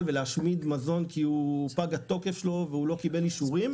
ולהשמיד מזון כי פג התוקף שלו והוא לא קיבל אישורים,